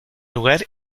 lugar